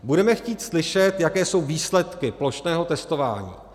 Budeme chtít slyšet, jaké jsou výsledky plošného testování.